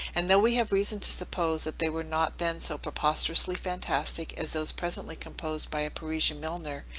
and though we have reason to suppose that they were not then so preposterously fantastic as those presently composed by a parisian milliner,